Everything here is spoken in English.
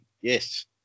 yes